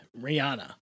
Rihanna